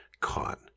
caught